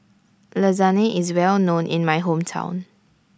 Lasagne IS Well known in My Hometown